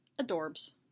adorbs